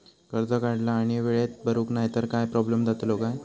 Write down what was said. कर्ज काढला आणि वेळेत भरुक नाय तर काय प्रोब्लेम जातलो काय?